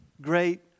great